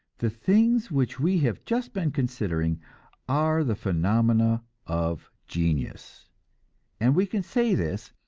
the things which we have just been considering are the phenomena of genius and we can say this,